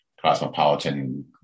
cosmopolitan